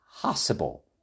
possible